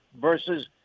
versus